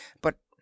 but—